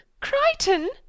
Crichton